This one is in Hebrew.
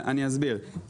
אני אסביר.